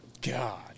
God